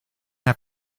have